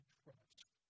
trust